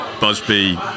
Busby